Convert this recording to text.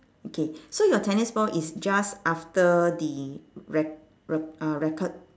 okay so your tennis ball is just after the rack~ rack~ uh racket